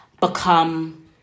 become